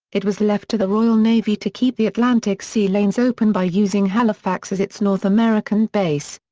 it was left to the royal navy to keep the atlantic sea lanes open by using halifax as its north american base.